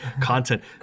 content